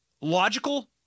logical